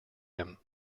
him